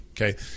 okay